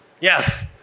yes